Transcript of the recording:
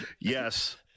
yes